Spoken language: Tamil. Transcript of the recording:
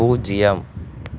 பூஜ்யம்